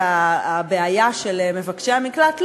בבסיס הבעיה של מבקשי המקלט.